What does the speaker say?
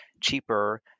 cheaper